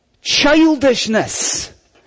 childishness